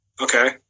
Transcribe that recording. Okay